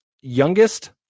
youngest